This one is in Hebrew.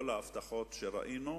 כל ההבטחות שראינו,